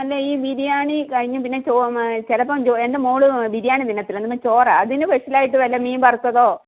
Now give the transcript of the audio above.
അല്ല ഈ ബിരിയാണി കഴിഞ്ഞ് പിന്നെ ചിലപ്പോൾ എൻ്റെ മോൾ ബിരിയാണി തിന്നത്തില്ല പിന്നെ ചോറാ അതിന് സ്പെഷ്യലായിട്ട് വല്ല മീൻ വറുത്തതോ